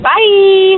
Bye